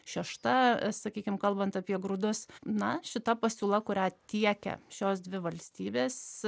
šešta sakykim kalbant apie grūdus na šita pasiūla kurią tiekia šios dvi valstybės